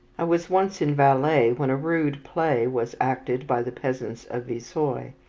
i was once in valais when a rude play was acted by the peasants of vissoye.